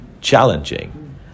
challenging